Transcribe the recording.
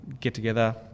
get-together